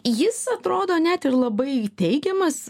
jis atrodo net ir labai teigiamas